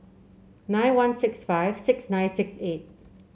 nine one six five six nine six eight